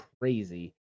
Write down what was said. crazy